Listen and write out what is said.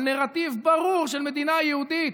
על נרטיב ברור של מדינה יהודית.